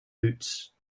boots